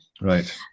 Right